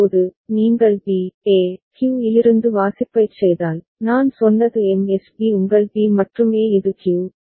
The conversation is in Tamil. இப்போது நீங்கள் B A Q இலிருந்து வாசிப்பைச் செய்தால் நான் சொன்னது MSB உங்கள் B மற்றும் A இது Q